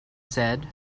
said